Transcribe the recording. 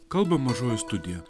kalba mažoji studija